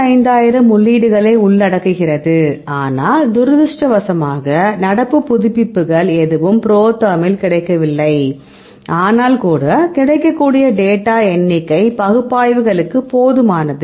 25000 உள்ளீடுகளை உள்ளடக்குகிறது ஆனால் துரதிர்ஷ்டவசமாக நடப்பு புதுப்பிப்புகள் எதுவும் ProTherm இல் கிடைக்கவில்லை ஆனால் கூட கிடைக்கக்கூடிய டேட்டா எண்ணிக்கை பகுப்பாய்வுகளுக்கு போதுமானது